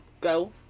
Go